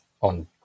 on